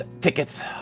tickets